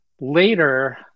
later